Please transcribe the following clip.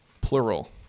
plural